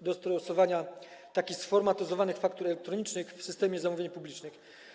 do stosowania takich sformatyzowanych faktur elektronicznych w systemie zamówień publicznych.